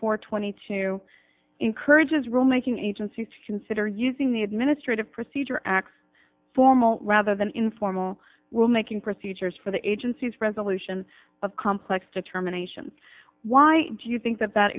for twenty two encourages rulemaking agencies to consider using the administrative procedure act formal rather than informal well making procedures for the agency's resolution of complex determinations why do you think that that